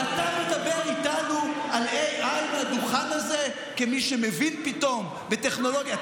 ואתה מדבר איתנו מעל הדוכן הזה כמי שמבין פתאום בטכנולוגיה?